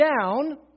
down